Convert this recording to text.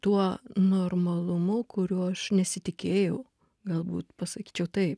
tuo normalumu kuriuo aš nesitikėjau galbūt pasakyčiau taip